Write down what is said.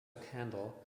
candle